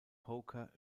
poker